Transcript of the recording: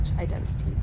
identity